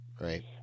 Right